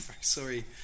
sorry